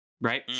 Right